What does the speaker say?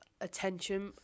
attention